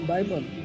Bible